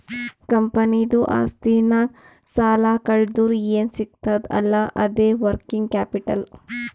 ಕಂಪನಿದು ಆಸ್ತಿನಾಗ್ ಸಾಲಾ ಕಳ್ದುರ್ ಏನ್ ಸಿಗ್ತದ್ ಅಲ್ಲಾ ಅದೇ ವರ್ಕಿಂಗ್ ಕ್ಯಾಪಿಟಲ್